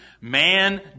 man